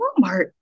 Walmart